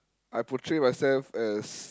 I portray myself as